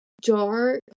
dark